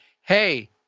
hey